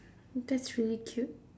that's really cute